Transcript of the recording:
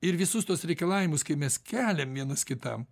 ir visus tuos reikalavimus kai mes keliam vienas kitam